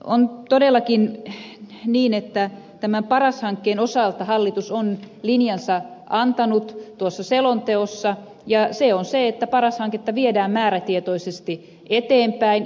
on todellakin niin että tämän paras hankkeen osalta hallitus on linjansa antanut tuossa selonteossa ja se on se että paras hanketta viedään määrätietoisesti eteenpäin